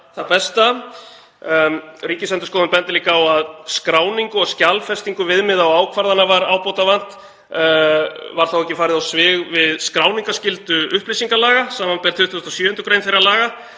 það besta? Ríkisendurskoðun bendir líka á að skráningu og skjalfestingu viðmiða og ákvarðana hafi verið ábótavant. Var þá ekki farið á svig við skráningarskyldu upplýsingalaga, samanber 27. gr. þeirra laga?